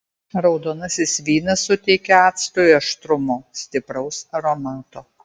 raudonasis vynas suteikia actui aštrumo stipraus aromato